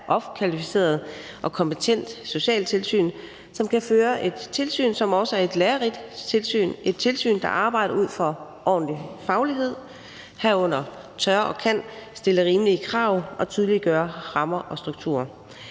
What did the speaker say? opkvalificeret og kompetent socialtilsyn, som kan føre et tilsyn, som også er et lærerigt tilsyn og et tilsyn, der arbejder ud fra ordentlig faglighed og herunder tør og kan stille rimelige krav og tydeliggøre rammer og strukturer.